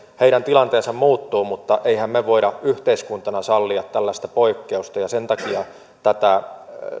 heidän tilanteensa muuttuu mutta emmehän me voi yhteiskuntana sallia tällaista poikkeusta ja sen takia tätä